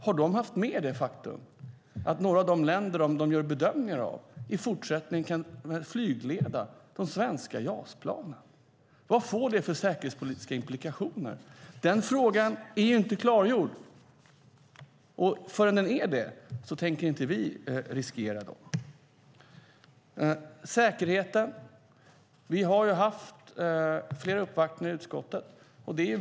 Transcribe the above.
Har de med det faktum att några av de länder de gör bedömningar av i fortsättningen kan flygleda de svenska JAS-planen? Vad får det för säkerhetspolitiska implikationer? Den frågan är inte klargjord. Innan den är det tänker vi inte riskera något. Vi har haft flera uppvaktningar i utskottet om säkerheten.